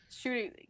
shooting